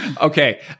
Okay